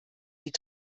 die